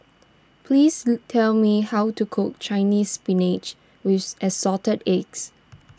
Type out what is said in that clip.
please tell me how to cook Chinese Spinach with Assorted Eggs